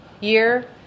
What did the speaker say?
year